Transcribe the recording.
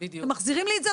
אתם מחזירים לי את זה.